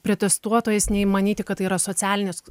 protestuotojais nei manyti kad tai yra socialinis